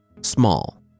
small